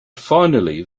finally